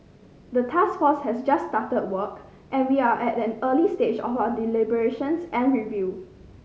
the task force has just started work and we are at an early stage of our deliberations and review